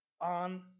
on